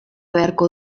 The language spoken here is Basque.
beharko